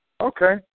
Okay